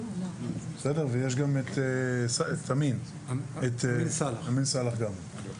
יש גם את תמים סאלח גם.